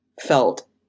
felt